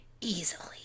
easily